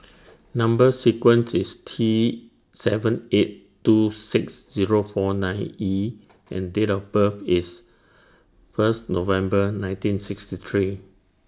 Number sequence IS T seven eight two six Zero four nine E and Date of birth IS First November nineteen sixty three